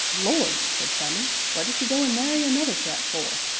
lord! said simon, what did she go and marry another chap for?